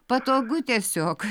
patogu tiesiog